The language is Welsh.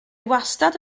wastad